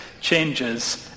changes